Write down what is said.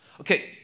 Okay